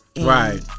Right